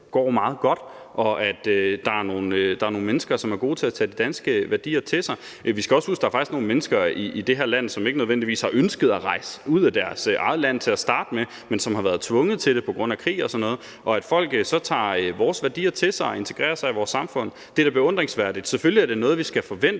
går meget godt, og at der er nogle mennesker, som er gode til at tage de danske værdier til sig. Vi skal også huske, at der faktisk er nogle mennesker i det her land, som ikke nødvendigvis har ønsket at rejse ud af deres eget land til at starte med, men som har været tvunget til det på grund af krig og sådan noget, og at folk så tager vores værdier til sig og integrerer sig i vores samfund, er da beundringsværdigt. Selvfølgelig er det noget, vi skal forvente,